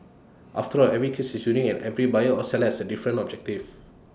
after all every case is unique and every buyer or seller has A different objective